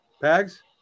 Bags